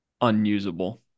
unusable